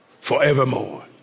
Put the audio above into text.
Forevermore